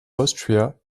austria